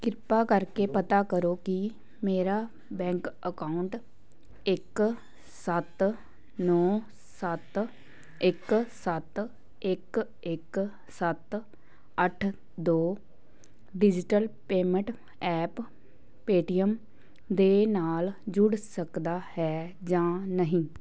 ਕਿਰਪਾ ਕਰਕੇ ਪਤਾ ਕਰੋ ਕਿ ਮੇਰਾ ਬੈਂਕ ਅਕਾਊਂਟ ਇੱਕ ਸੱਤ ਨੌਂ ਸੱਤ ਇੱਕ ਸੱਤ ਇੱਕ ਇੱਕ ਸੱਤ ਅੱਠ ਦੋ ਡਿਜਿਟਲ ਪੇਮੈਂਟ ਐਪ ਪੇਟੀਐੱਮ ਦੇ ਨਾਲ ਜੁੜ ਸਕਦਾ ਹੈ ਜਾਂ ਨਹੀਂ